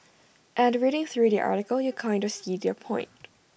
and reading through their article you kind of see their point